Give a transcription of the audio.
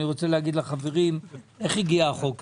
אני רוצה להגיד לחברים איך הגיע החוק הזה,